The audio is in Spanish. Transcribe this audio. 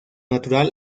natural